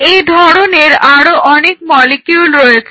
এইধরনের আরো অনেক মলিকিউল রয়েছে